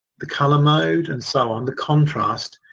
the colour mode, and so on, the contrast.